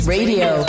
Radio